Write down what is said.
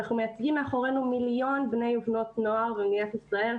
אנחנו מייצגים מאחורינו מיליון בני ובנות נוער במדינת ישראל,